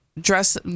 dress